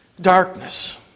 darkness